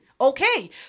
Okay